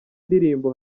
ndirimbo